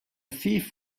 thief